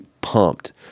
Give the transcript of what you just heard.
pumped